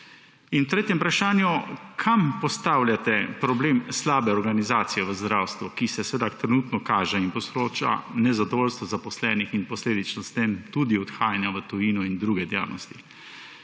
pa v druge dejavnosti? Kam postavljate problem slabe organizacije v zdravstvu, ki se seveda trenutno kaže in povzroča nezadovoljstvo zaposlenih in posledično s tem tudi odhajanja v tujino in v druge dejavnosti?